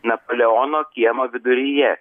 napoleono kiemo viduryje